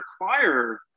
require